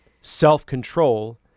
self-control